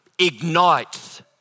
ignites